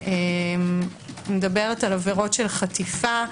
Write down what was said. מדברת על עבירות חטיפה,